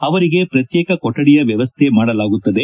ಅವರಿಗೆ ಪ್ರತ್ಯೇಕ ಕೊಠಡಿಯ ವ್ಯವಸ್ಥೆ ಮಾಡಲಾಗುತ್ತದೆ